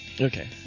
Okay